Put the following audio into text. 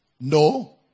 No